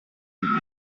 eaten